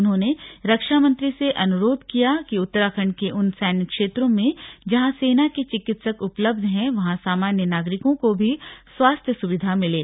उन्होंने रक्षा मंत्री से अनुरोध किया कि उत्तराखंड के उन सैन्य क्षेत्रों में जहां सेना के चिकित्सक उपलब्ध हैं वहां सामान्य नागरिकों को भी स्वास्थ्य सुविधा मिले